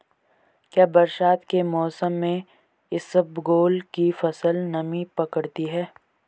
क्या बरसात के मौसम में इसबगोल की फसल नमी पकड़ती है?